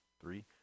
three